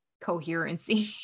coherency